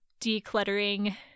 decluttering